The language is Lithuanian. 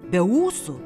be ūsų